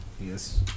Yes